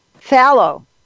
fallow